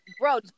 Bro